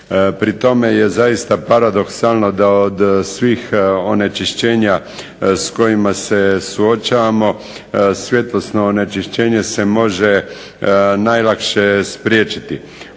Pri tome je zaista paradoksalno da od svih onečišćenja s kojima se suočavamo svjetlosno onečišćenje se može najlakše spriječiti.